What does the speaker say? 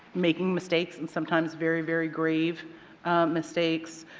making mistakes and sometimes very, very grave mistakes,